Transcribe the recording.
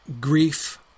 grief